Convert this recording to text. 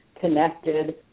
connected